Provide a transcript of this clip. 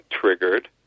triggered